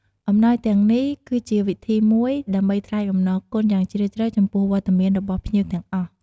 អំណោយទាំងនេះគឺជាវិធីមួយដើម្បីថ្លែងអំណរគុណយ៉ាងជ្រាលជ្រៅចំពោះវត្តមានរបស់ភ្ញៀវទាំងអស់។